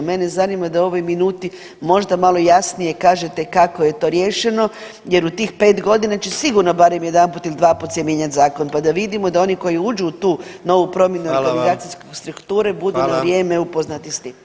Mene zanima da u ovoj minuti možda malo jasnije kažete kako je to riješeno jer u tih 5 godina će sigurno barem jedanput ili dvaput se mijenjati zakon, pa da vidimo, da oni koji uđu u tu novu promjenu organizacijske [[Upadica: Hvala vam.]] strukture, [[Upadica: Hvala.]] budu na vrijeme upoznati s tim.